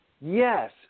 Yes